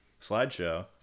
slideshow